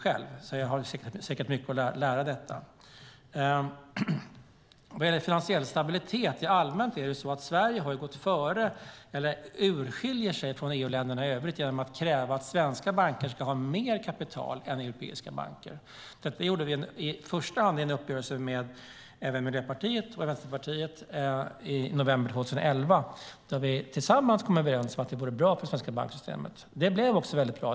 Jag har säkert mycket att lära om detta. När det gäller finansiell stabilitet är det allmänt så att Sverige har gått före, eller skiljer ut sig från EU-länderna i övrigt, genom att kräva att svenska banker ska ha mer kapital än europeiska banker. Detta gjorde vi i första hand i en uppgörelse med även Miljöpartiet och Vänsterpartiet i november 2011 då vi tillsammans kom överens om att det vore bra för det svenska banksystemet. Det blev också mycket bra.